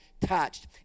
touched